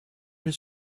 his